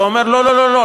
ואומר: לא לא לא,